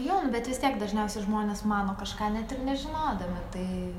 jo bet vis tiek dažniausia žmonės mano kažką net ir nežinodami tai